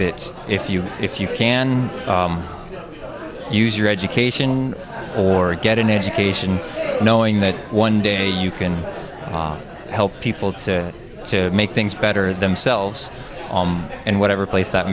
that if you if you can use your education or get an education knowing that one day you can help people to make things better themselves in whatever place that